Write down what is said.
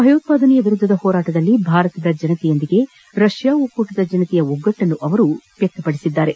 ಭಯೋತ್ಸಾದನೆಯ ವಿರುದ್ದದ ಹೋರಾಟದಲ್ಲಿ ಭಾರತದ ಜನರೊಂದಿಗೆ ರಷ್ಯಾ ಒಕ್ಕೂಟದ ಜನತೆಯ ಒಗ್ಗಟ್ಟನ್ನು ವ್ಯಕ್ತಪದಿಸಿದರು